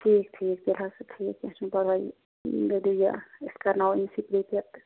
ٹھیٖک ٹھیٖک تیٚلہِ حظ چھُ ٹھیٖک کیٚنٛہہ چھُنہٕ پرٕواے تیٚلہِ أسۍ کَرناوہون یہِ پرٛیپِیر تہِ